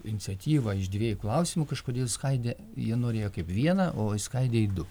iniciatyvą iš dviejų klausimų kažkodėl skaidė jie norėjo kaip vieną o išskaidė į du